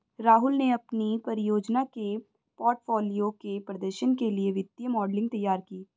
राहुल ने अपनी परियोजना के पोर्टफोलियो के प्रदर्शन के लिए वित्तीय मॉडलिंग तैयार की